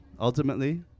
ultimately